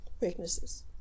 weaknesses